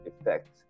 effect